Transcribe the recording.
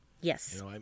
yes